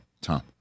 Tom